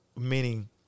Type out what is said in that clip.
meaning